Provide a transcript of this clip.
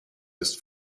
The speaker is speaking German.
ist